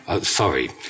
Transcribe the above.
Sorry